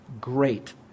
great